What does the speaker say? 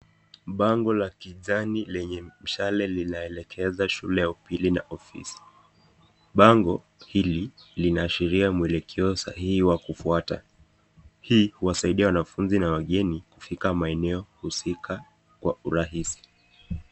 Bango la kijani lenye mshale linaelekeza shule ya pili ofisi ,bango hili linaashiria mwelekeo sahihi wa kufuata ,hii huwasaidia wanafunzi na wageni kufika maeneo husika kwa urahisi.